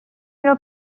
اینو